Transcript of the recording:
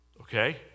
okay